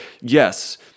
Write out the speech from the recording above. yes